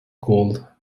gold